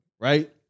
right